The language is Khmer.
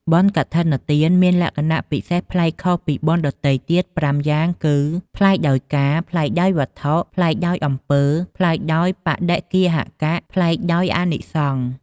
បុណ្យកឋិនទានមានក្ខណៈពិសេសប្លែកខុសពីបុណ្យដទៃៗទៀត៥យ៉ាងគឺ ប្លែកដោយកាល ប្លែកដោយវត្ថុ ប្លែកដោយអំពើ ប្លែកដោយបដិគ្គាហក ប្លែកដោយអានិសង្ស ។